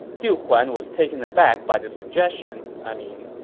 duke huan was taken aback by this suggestion. i mean,